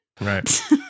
right